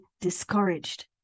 discouraged